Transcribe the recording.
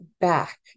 back